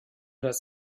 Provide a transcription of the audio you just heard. das